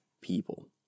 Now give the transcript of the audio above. people